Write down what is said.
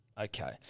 Okay